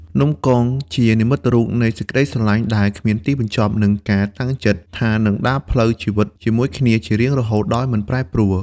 នំកង ជានិមិត្តរូបនៃសេចក្ដីស្រឡាញ់ដែលគ្មានទីបញ្ចប់ និងការតាំងចិត្តថានឹងដើរលើផ្លូវជីវិតជាមួយគ្នាជារៀងរហូតដោយមិនប្រែប្រួល។